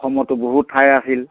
অসমতো বহু ঠাই আছিল